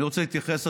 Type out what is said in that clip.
אני רוצה להתייחס,